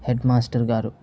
head master గారు